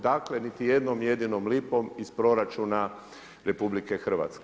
Dakle, niti jednom jedinom lipom iz proračuna RH.